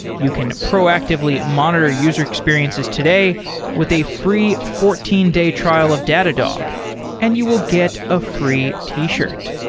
you can proactively monitor user experiences today with a free fourteen day trial of datadog and you will get a free t-shirt.